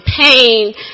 pain